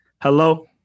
Hello